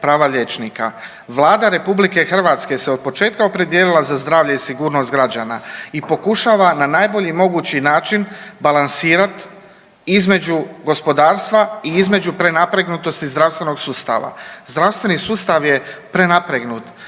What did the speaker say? prava liječnika. Vlada RH se od početka se opredijelila za zdravlje i sigurnost građana i pokušava na najbolji mogući način balansirat između gospodarstva i između prenapregnutosti zdravstvenog sustava. Zdravstveni sustav je prenapregnut,